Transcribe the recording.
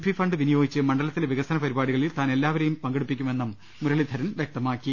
P fund വിനിയോഗിച്ച് മണ്ഡലത്തിലെ വികസനപരിപാടികളിൽ താൻ എല്ലാവരെയും പങ്കെടുപ്പിക്കുമെന്നും മുരളീധരൻ വ്യക്തമാക്കി